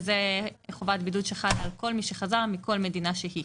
וזה חובת בידוד שחלה על כל מי שחזר מכל מדינה שהיא.